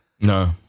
No